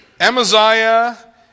Amaziah